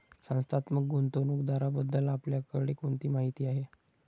संस्थात्मक गुंतवणूकदाराबद्दल आपल्याकडे कोणती माहिती आहे?